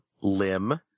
limb